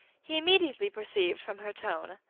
he immediately perceived, from her tone,